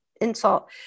insult